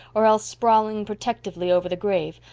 or else sprawling protectively over the grave,